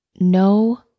no